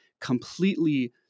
completely